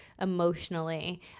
emotionally